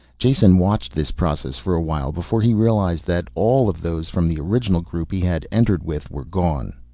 jason watched this process for a while before he realized that all of those from the original group he had entered with were gone.